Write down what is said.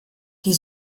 die